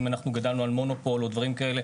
אם אנחנו גדלנו על מונופול או דברים כאלה,